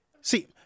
See